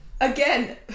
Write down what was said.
again